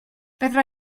fedra